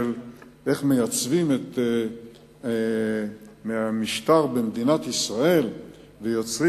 של איך מייצבים את המשטר במדינת ישראל ויוצרים